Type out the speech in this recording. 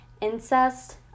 incest